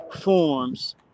forms